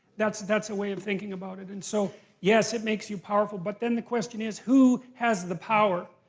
that's that's a way of thinking about it. and so yes it makes you powerful, but then the question is, who has the power?